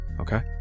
Okay